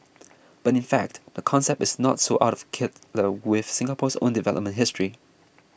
but in fact the concept is not so out of kilter with Singapore's own development history